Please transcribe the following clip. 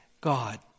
God